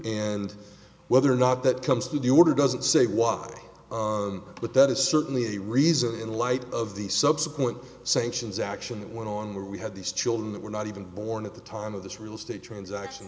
and whether or not that comes to the order doesn't say why but that is certainly a reason in light of the subsequent sanctions action that went on where we had these children that were not even born at the time of this real estate transaction